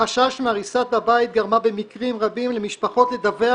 החשש מהריסת הבית גרמה במקרים רבים למשפחות לדווח